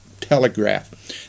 Telegraph